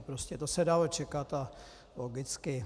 Prostě to se dalo čekat logicky.